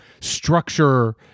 structure